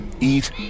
eat